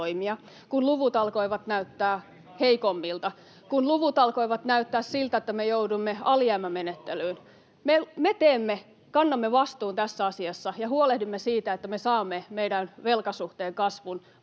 kun luvut alkoivat näyttää heikommilta, kun luvut alkoivat näyttää siltä, että me joudumme alijäämämenettelyyn, [Vilhelm Junnilan välihuuto] me teemme, kannamme vastuun tässä asiassa ja huolehdimme siitä, että me saamme meidän velkasuhteen ja kasvun